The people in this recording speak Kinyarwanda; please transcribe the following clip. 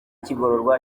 kigororwa